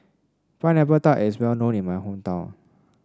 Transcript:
Pineapple Tart is well known in my hometown